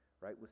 right